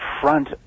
front